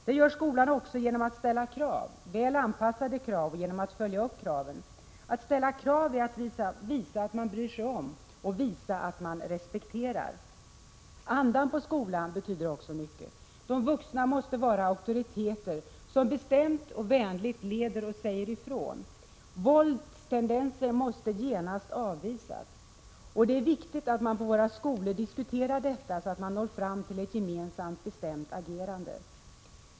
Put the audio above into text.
Det gör skolan också genom att ställa krav, väl anpassade krav, och genom att följa upp kraven. Att ställa krav är att visa att man bryr sig om — och att visa att man respekterar. Andan på skolan betyder också mycket. De vuxna måste vara auktoriteter som bestämt och vänligt leder och säger ifrån. Våldstendenser måste genast avvisas. Det är viktigt att man på våra skolor diskuterar detta, så att man når fram till ett gemensamt bestämt agerande.